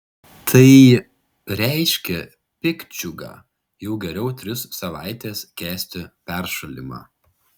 tai reiškia piktdžiugą jau geriau tris savaites kęsti peršalimą